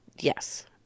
Yes